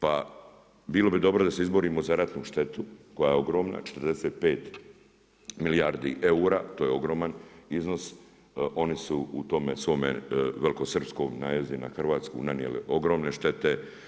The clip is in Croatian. Pa bilo bi dobro da se izborimo za ratnu štetu koja je ogromna 45 milijardi eura, to je ogroman iznos, oni su u tome svome velikosrpskom, najezdi na Hrvatsku nanijeli ogromne štete.